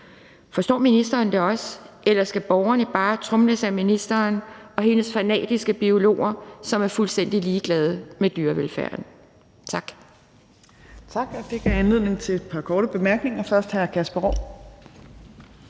Forstår ministeren det også, eller skal borgerne bare tromles over af ministeren og hendes fanatiske biologer, som er fuldstændig ligeglade med dyrevelfærden? Tak.